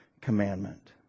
commandment